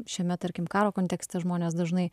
šiame tarkim karo kontekste žmonės dažnai